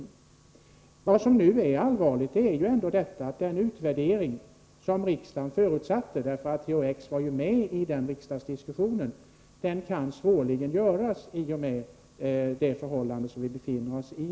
Vad som är allvarligt är att den utvärdering som riksdagen förutsatte, eftersom THX var med i riksdagsdiskussionen, svårligen kan göras på grund av den situation som nu vi befinner oss i.